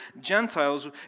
Gentiles